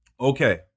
Okay